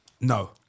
No